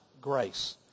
grace